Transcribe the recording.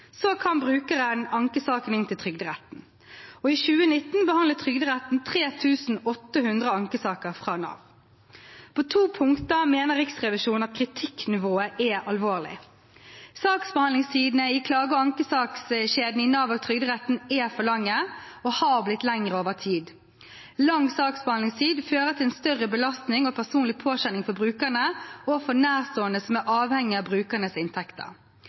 kan brukeren anke saken inn til Trygderetten. I 2019 behandlet Trygderetten 3 800 ankesaker fra Nav. På to punkter mener Riksrevisjonen at kritikknivået er alvorlig: Saksbehandlingstidene i klage- og ankesakskjeden i Nav og Trygderetten er for lange, og er blitt lengre over tid. Lang saksbehandlingstid fører til en større belastning og personlig påkjenning for brukerne og for nærstående som er avhengig av brukernes inntekter.